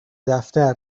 دفتر